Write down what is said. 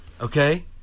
okay